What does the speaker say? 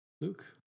Luke